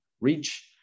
reach